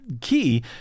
key